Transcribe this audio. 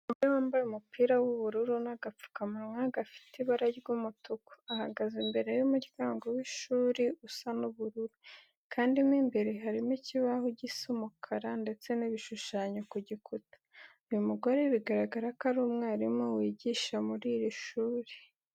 Umugore wambaye umupira w'ubururu n'agapfukamunwa gafite ibara ry'umutuku, ahagaze imbere y'umuryango w'ishuri usa ubururu, kandi mo imbere harimo ikibaho gisa umukara ndetse n'ibishushanyo ku gikuta. Uyu mugore bigaragara ko ari umwarimu wigisha muri iri shuri.